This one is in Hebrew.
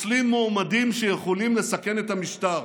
פוסלים מועמדים שיכולים לסכן את המשטר.